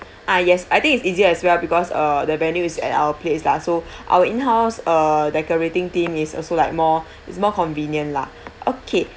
ah yes I think it's easier as well because uh the venue is at our place lah so our in-house uh decorating team is also like more it's more convenient lah okay